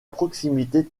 proximité